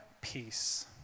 peace